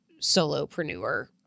solopreneur